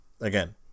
Again